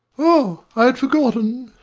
ah, i had forgotten.